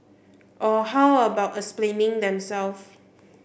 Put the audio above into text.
or how about explaining them self